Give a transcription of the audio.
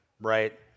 right